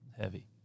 heavy